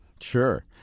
Sure